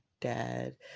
dad